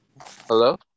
hello